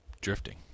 drifting